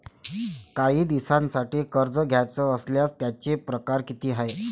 कायी दिसांसाठी कर्ज घ्याचं असल्यास त्यायचे परकार किती हाय?